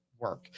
work